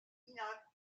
village